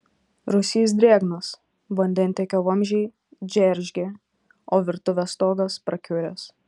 rūsys drėgnas vandentiekio vamzdžiai džeržgia o virtuvės stogas prakiuręs